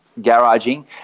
garaging